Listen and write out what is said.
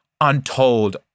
untold